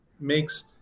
makes